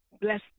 bless